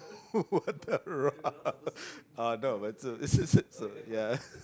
what the rock uh no it's uh it's it's uh ya